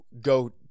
go